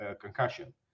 concussion